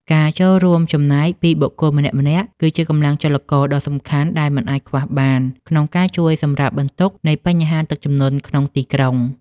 ការចូលរួមចំណែកពីបុគ្គលម្នាក់ៗ គឺជាកម្លាំងចលករដ៏សំខាន់ដែលមិនអាចខ្វះបាន ក្នុងការជួយសម្រាលបន្ទុកនៃបញ្ហាទឹកជំនន់ក្នុងទីក្រុង។